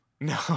No